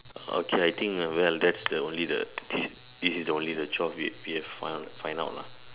okay I think ah well that's the only the this this is the only the twelve we've we've find out lah